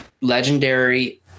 Legendary